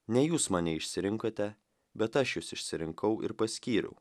ne jūs mane išsirinkote bet aš jus išsirinkau ir paskyriau